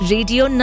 Radio